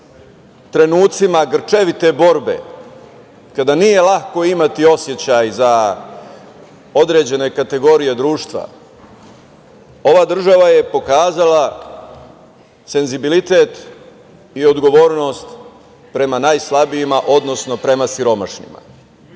trenucima grčevite borbe, kada nije lako imati osećaj za određene kategorije društva, ova država je pokazala senzibilitet i odgovornost prema najslabijima, odnosno prema siromašnima.